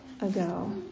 ago